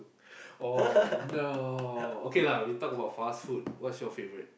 oh no okay lah we talk about fast food what's your favourite